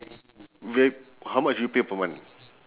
v~ how much do you pay per month